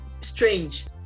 strange